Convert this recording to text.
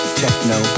techno